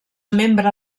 membre